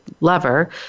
lover